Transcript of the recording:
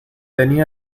tenía